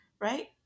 Right